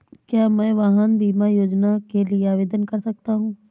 क्या मैं वाहन बीमा योजना के लिए आवेदन कर सकता हूँ?